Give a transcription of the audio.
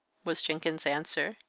was jenkins's answer.